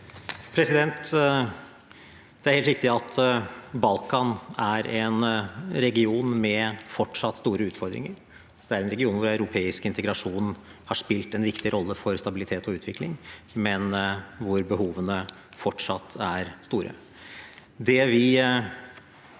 Det er helt riktig at Balkan er en region med fortsatt store utfordringer. Det er en region hvor europeisk integrasjon har spilt en viktig rolle for stabilitet og utvikling, men hvor behovene fortsatt er store.